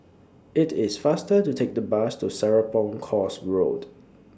IT IS faster to Take The Bus to Serapong Course Road